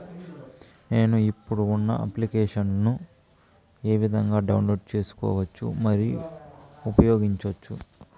నేను, ఇప్పుడు ఉన్న అప్లికేషన్లు ఏ విధంగా డౌన్లోడ్ సేసుకోవచ్చు మరియు ఉపయోగించొచ్చు?